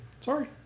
Sorry